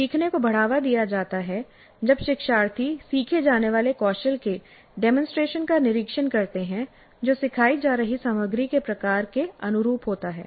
सीखने को बढ़ावा दिया जाता है जब शिक्षार्थी सीखे जाने वाले कौशल के डेमोंसट्रेशन का निरीक्षण करते हैं जो सिखाई जा रही सामग्री के प्रकार के अनुरूप होता है